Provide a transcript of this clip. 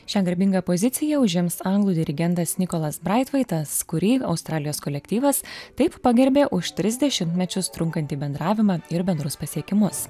šią garbingą poziciją užims anglų dirigentas nikolas braitvaitas kurį australijos kolektyvas taip pagerbė už tris dešimtmečius trunkantį bendravimą ir bendrus pasiekimus